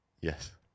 Yes